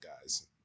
guys